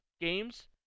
games